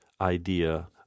idea